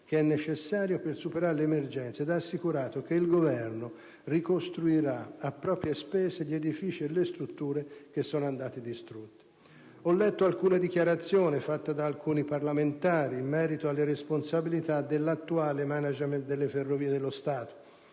che è necessario per superare l'emergenza ed ha assicurato che il Governo ricostruirà a spese dello Stato gli edifici e le strutture che sono andate distrutte. Ho letto le dichiarazioni rese da alcuni parlamentari in merito alle responsabilità dell'attuale *management* delle Ferrovie dello Stato.